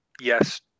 yes